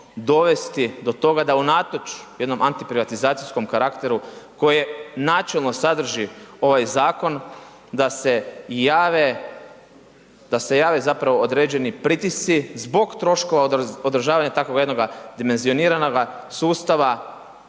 dovesti do toga da unatoč jednom antiprivatizacijskom karakteru koji načelno sadrži ovaj zakon, da se jave zapravo određeni pritisci zbog troškova održavanja takvog jednog dimenzioniranoga sustava